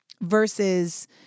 Versus